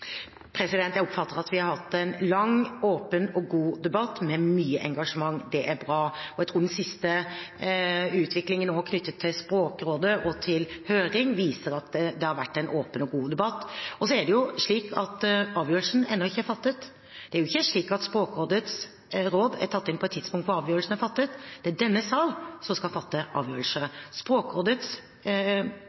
Jeg oppfatter at vi har hatt en lang, åpen og god debatt med mye engasjement – det er bra. Jeg tror den siste utviklingen nå knyttet til Språkrådet og til høring viser at det har vært en åpen og god debatt. Avgjørelsen er ennå ikke fattet. Det er ikke slik at Språkrådets råd er tatt inn på et tidspunkt da avgjørelsen er fattet. Det er denne sal som skal fatte avgjørelse. Språkrådets